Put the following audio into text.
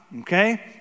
okay